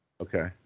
okay